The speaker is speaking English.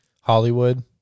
Hollywood